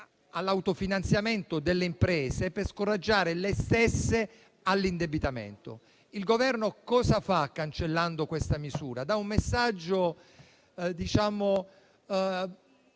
all'autofinanziamento delle imprese per scoraggiare le stesse all'indebitamento. Il Governo, cancellando questa misura, invia un messaggio.